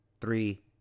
Three